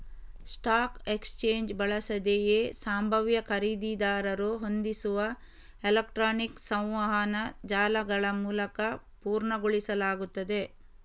stock exchange ಬಳಸದೆಯೇ ಸಂಭಾವ್ಯ ಖರೀದಿದಾರರು ಹೊಂದಿಸುವ ಎಲೆಕ್ಟ್ರಾನಿಕ್ ಸಂವಹನ ಜಾಲಗಳಮೂಲಕ ಪೂರ್ಣಗೊಳಿಸಲಾಗುತ್ತದೆ